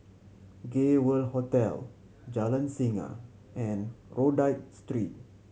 Gay World Hotel Jalan Singa and Rodyk Street